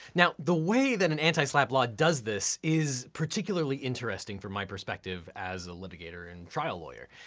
now the way that an anti-slapp law does this is particularly interesting from my perspective as a litigator and trial lawyer.